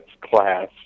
class